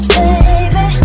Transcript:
baby